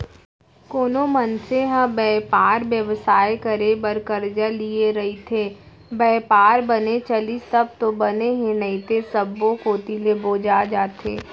कोनो मनसे ह बयपार बेवसाय करे बर करजा लिये रइथे, बयपार बने चलिस तब तो बने हे नइते सब्बो कोती ले बोजा जथे